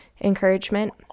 encouragement